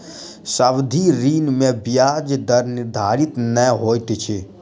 सावधि ऋण में ब्याज दर निर्धारित नै होइत अछि